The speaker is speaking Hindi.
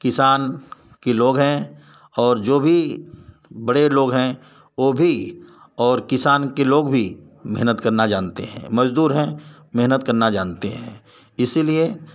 किसान के लोग हैं और जो भी बड़े लोग हैं वो भी और किसान के लोग भी मेहनत करना जानते हैं मज़दूर है मेहनत करना जानते हैं इसीलिए